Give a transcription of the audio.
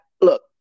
look